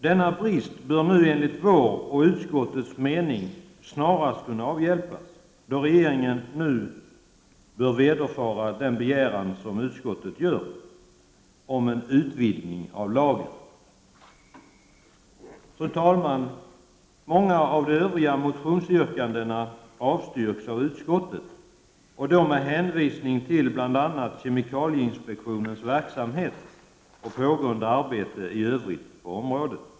Denna brist bör nu enligt vår och utskottets mening snarast kunna avhjälpas, då regeringen nu bör vederfara begäran om utvidgning av lagen. Fru talman! Många av de övriga motionsyrkandena avstyrks av utskottet med hänvisning till bl.a. kemikalieinspektionens verksamhet och pågående arbete i övrigt på området.